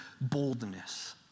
boldness